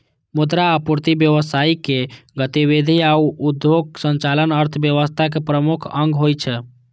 मुद्रा आपूर्ति, व्यावसायिक गतिविधि आ उद्योगक संचालन अर्थव्यवस्थाक प्रमुख अंग होइ छै